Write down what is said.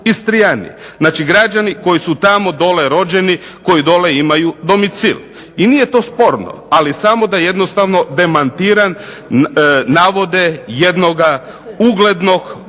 Istrijani. Znači, građani koji su tamo dole rođeni, koji dole imaju domicil. I nije to sporno, ali samo da jednostavno demantiram navode jednoga uglednog